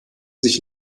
sich